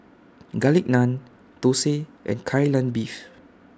Garlic Naan Thosai and Kai Lan Beef